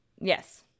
Yes